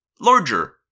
larger